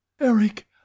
Eric